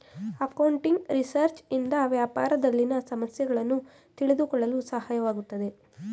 accounting research ಇಂದ ವ್ಯಾಪಾರದಲ್ಲಿನ ಸಮಸ್ಯೆಗಳನ್ನು ತಿಳಿದುಕೊಳ್ಳಲು ಸಹಾಯವಾಗುತ್ತದೆ